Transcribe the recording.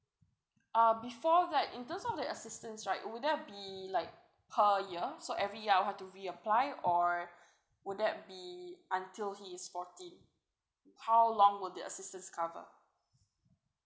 uh before that in terms of like assistance right will that be like per year so every year I have to reapply or would that be until he is forty how long would the assistance cover